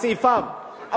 סעיפיו,